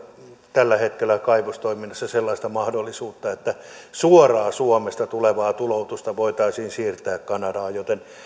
tällä hetkellä kaivostoiminnassa sellaista mahdollisuutta että suoraan suomesta tulevaa tuloutusta voitaisiin siirtää kanadaan